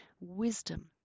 wisdom